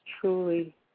truly